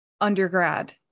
undergrad